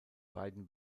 beiden